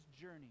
journey